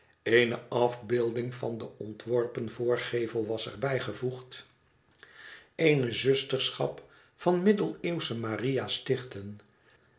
eene afbeelding van den ontworpen voorgevel was er bijgevoegd eene zusterschap van middeleeuwsche maria's stichten